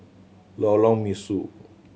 Lorong Mesu